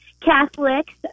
Catholics